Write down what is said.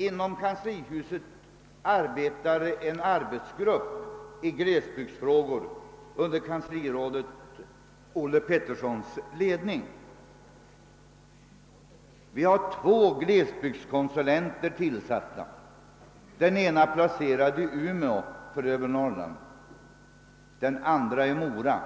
Inom kanslihuset sysslar en arbetsgrupp med glesbygdsfrågor under kanslirådet Olof Peterssons ledning. Två glesbygdskonsulenter är tillsatta, den ena med placering i Umeå för övre Norrland och den andra i Mora